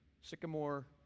Sycamore